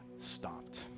stopped